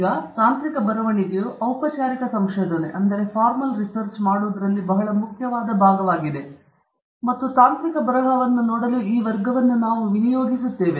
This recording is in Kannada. ಈಗ ತಾಂತ್ರಿಕ ಬರವಣಿಗೆಯು ಔಪಚಾರಿಕ ಸಂಶೋಧನೆ ಮಾಡುವುದರಲ್ಲಿ ಬಹಳ ಮುಖ್ಯವಾದ ಭಾಗವಾಗಿದೆ ಮತ್ತು ತಾಂತ್ರಿಕ ಬರಹವನ್ನು ನೋಡಲು ಈ ವರ್ಗವನ್ನು ನಾವು ವಿನಿಯೋಗಿಸುತ್ತೇವೆ